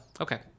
Okay